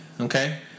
Okay